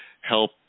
help